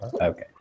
Okay